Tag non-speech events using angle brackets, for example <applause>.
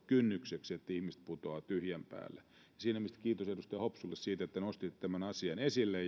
kynnykseksi ja etteivät ihmiset putoa tyhjän päälle siinä mielessä kiitos edustaja hopsulle siitä että nostitte tämän asian esille <unintelligible>